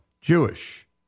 Jewish